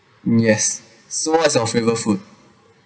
uh yes so what's your favourite food